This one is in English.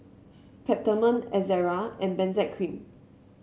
Peptamen Ezerra and Benzac Cream